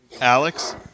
Alex